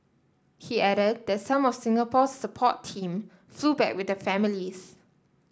he added that some of Singapore's support team flew back with the families